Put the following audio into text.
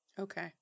Okay